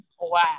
Wow